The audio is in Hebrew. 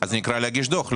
אז זה נקרא להגיש דוח.